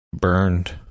burned